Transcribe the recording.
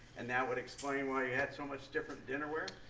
and that would explain why it you had so much different dinnerware?